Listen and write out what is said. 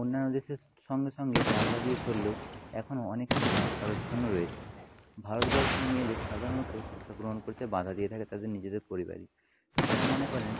অন্যান্য দেশের সঙ্গে সঙ্গে পাল্লা দিয়ে চললেও এখন অনেক কুসংস্কারাচ্ছন্ন রয়েছে ভারতবর্ষের মেয়েদের সাধারণত শিক্ষাগ্রহণ করতে বাধা দিয়ে থাকে তাদের নিজেদের পরিবারই তারা মনে করেন